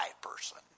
person